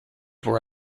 were